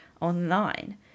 online